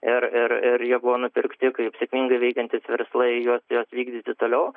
ir ir ir jie buvo nupirkti kaip sėkmingai veikiantys verslai juos juos vykdyti toliau